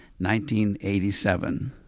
1987